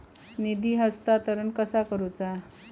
निधी हस्तांतरण कसा करुचा?